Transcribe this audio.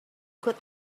good